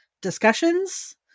discussions